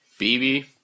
BB